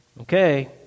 Okay